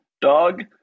dog